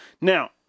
Now